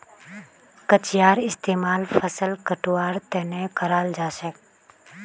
कचियार इस्तेमाल फसल कटवार तने कराल जाछेक